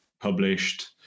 published